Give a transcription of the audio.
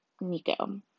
Nico